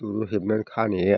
दुरुं हेबनानै खानाया